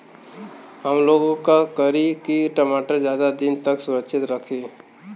हमलोग का करी की टमाटर ज्यादा दिन तक सुरक्षित रही?